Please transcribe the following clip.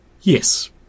yes